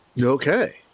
Okay